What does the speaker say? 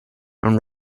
and